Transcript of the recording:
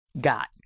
got